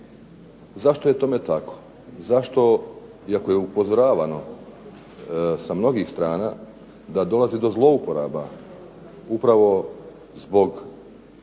Zašto je tome tako? Zašto, iako je upozoravano sa mnogih strana da dolazi do zlouporaba upravo zbog